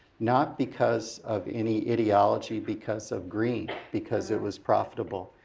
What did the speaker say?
not because of any ideology, because of green, because it was profitable.